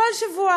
בכל שבוע,